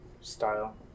style